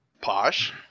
Posh